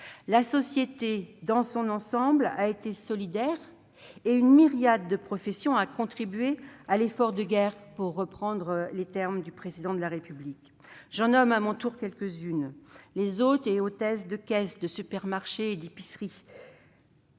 La société dans son ensemble s'est montrée solidaire et une myriade de professions a contribué à « l'effort de guerre », pour reprendre les termes du Président de la République. À mon tour, j'en nomme quelques-unes : les hôtes et hôtesses de caisses de supermarchés et d'épiceries,